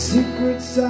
Secrets